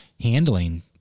Handling